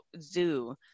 zoo